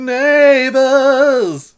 neighbors